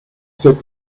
said